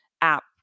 app